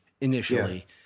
initially